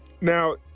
Now